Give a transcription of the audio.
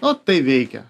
nu tai veikia